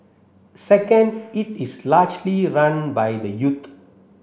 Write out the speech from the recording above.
second it is largely run by the youth